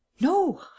No